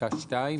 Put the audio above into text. בפסקה (2),